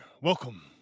Welcome